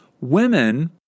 women